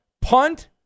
punt